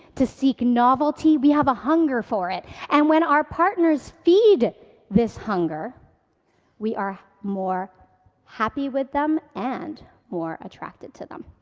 to seek novelty. we have a hunger for it. and when our partners feed this hunger we are more happy with them and more attracted to them.